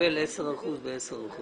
נקבל 10 אחוזים ו-10 אחוזים.